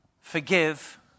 forgive